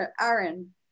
Aaron